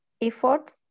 Efforts